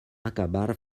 acabar